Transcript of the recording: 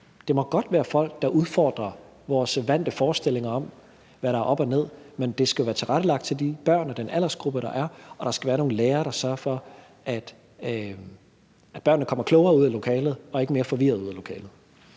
Det må godt være folk, der udfordrer vores vante forestillinger om, hvad der er op og ned, men det skal være tilrettelagt til de børn og den aldersgruppe, der er, og der skal være nogle lærere, der sørger for, at børnene kommer klogere ud af lokalet og ikke mere forvirrede ud af lokalet.